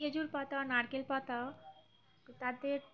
খেজুর পাতা নারকেল পাতা তাদের